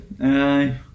aye